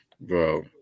Bro